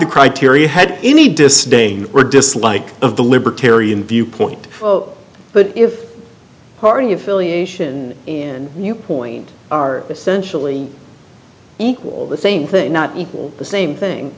the criteria had any distain or dislike of the libertarian viewpoint but if party affiliation and you point are essentially equal the same thing not equal the same thing